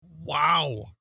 Wow